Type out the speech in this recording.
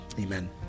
amen